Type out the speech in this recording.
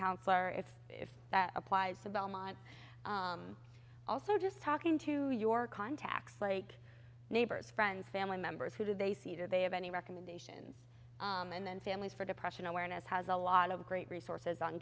counselor if that applies to belmont also just talking to your contacts like neighbors friends family members who they see that they have any recommendations and then families for depression awareness has a lot of great resources on